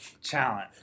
challenge